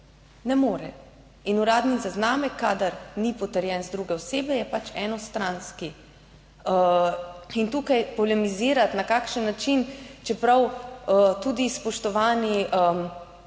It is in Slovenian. Ne more. In uradni zaznamek, kadar ni potrjen z druge osebe je pač enostranski. In tukaj polemizirati na kakšen način, čeprav tudi, spoštovani